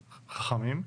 וחכמים.